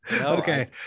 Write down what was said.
okay